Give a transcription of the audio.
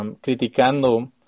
criticando